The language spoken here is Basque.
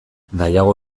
nahiago